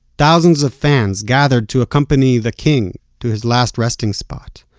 thousands of fans gathered to accompany the king to his last resting spot,